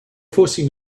forcing